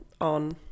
on